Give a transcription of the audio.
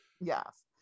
Yes